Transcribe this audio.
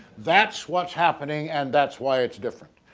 that's what's happening, and that's why it's different.